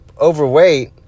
overweight